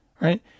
right